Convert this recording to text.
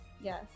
yes